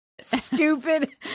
Stupid